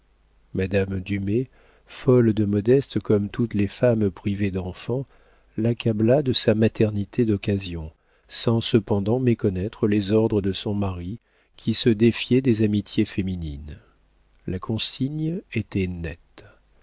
madame dumay folle de modeste comme toutes les femmes privées d'enfant l'accabla de sa maternité d'occasion sans cependant méconnaître les ordres de son mari qui se défiait des amitiés féminines la consigne était nette